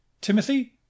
Timothy